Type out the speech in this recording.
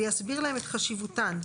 ויסביר להם את חשיבותן,